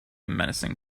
menacing